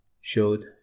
showed